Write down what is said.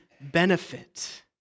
benefit